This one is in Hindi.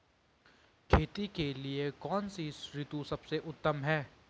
खेती के लिए कौन सी ऋतु सबसे उत्तम है?